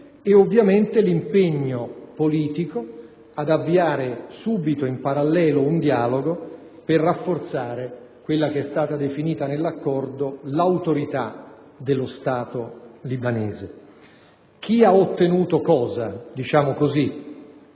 nonché l'impegno politico ad avviare subito, in parallelo, un dialogo per rafforzare quella che è stata definita nell'accordo autorità dello Stato libanese. Chi ha ottenuto cosa? L'opposizione